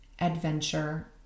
adventure